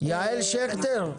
יעל שכטר,